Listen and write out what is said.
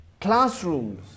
classrooms